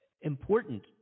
important